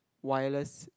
wireless